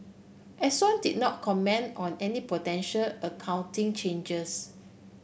Exxon did not comment on any potential accounting changes